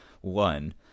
one